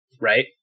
right